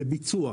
לביצוע.